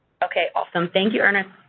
okay. awesome. thank you, ernest.